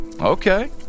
Okay